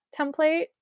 template